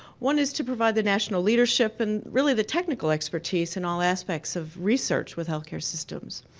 one is to provide the national leadership and really the technical expertise in all aspects of research with healthcare systems.